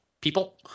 people